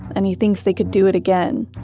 and he thinks they could do it again,